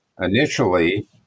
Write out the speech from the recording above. initially